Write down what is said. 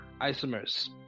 isomers